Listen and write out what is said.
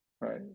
Right